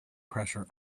pressure